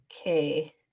okay